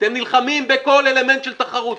אתם נלחמים בכל אלמנט של תחרות.